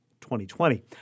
2020